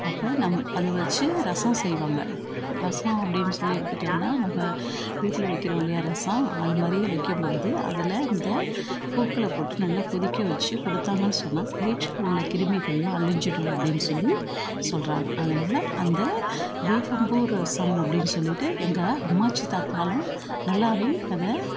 அப்போ நம் அது வச்சு ரசம் செய்வாங்க ரசம் அப்படின்னு சொல்லி எடுத்துட்டோம்னா நம்ம வீட்டில் வைக்கிறோம் இல்லையா ரசம் அது மாதிரியே வெக்கும் பொழுது அதில் இந்த பூக்களை போட்டு நல்லா கொதிக்க வச்சு கொடுத்தாங்கன்னு சொன்னால் வயிற்றில் உள்ள கிருமிகளெலாம் அழிஞ்சிடும் அப்டின்னு சொல்லி சொல்கிறாங்க அதனால் அந்த வேப்பம்பூ ரசம் அப்படின்னு சொல்லிட்டு எங்கள் அம்மாச்சி தாத்தாலாம் நல்லாவே அதை